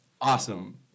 Awesome